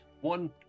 one